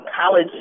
college